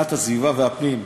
הגנת הסביבה והפנים,